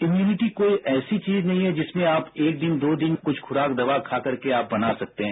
immunity कोई ऐसी चीज नहीं है जिसमें आप एक दिन दो दिन कुछ खुराक दवा खा करके आप बना सकते हैं